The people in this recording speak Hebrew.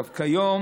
כיום